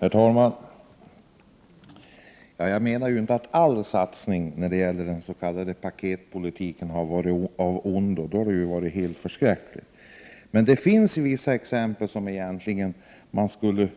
Herr talman! Jag menar inte att alla satsningar när det gäller den s.k. paketpolitiken har varit av ondo, för det hade varit helt förskräckligt. Men det finns exempel som man egentligen borde